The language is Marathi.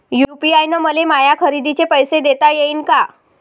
यू.पी.आय न मले माया खरेदीचे पैसे देता येईन का?